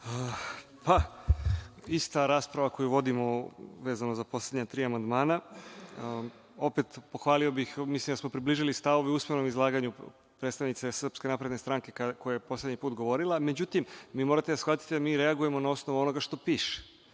Pa, ista rasprava koju vodimo vezano za poslednja tri amandmana. Opet, pohvalio bih, mislim da smo približili stavove u usmenom izlaganju predstavnice SNS koja je poslednji put govorila.Međutim, vi morate da shvatite da mi reagujemo na osnovu onoga što piše